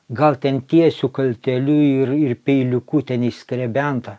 gal ten tiesiu kalteliu ir ir peiliuku ten išskrebenta